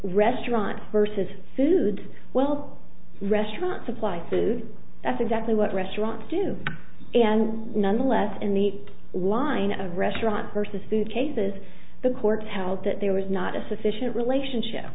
restaurant versus sued well restaurant supply food that's exactly what restaurants do and nonetheless in the line of restaurant versus food cases the court held that there was not a sufficient relationship